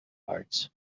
parts